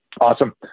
Awesome